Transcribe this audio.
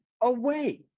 away